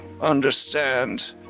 understand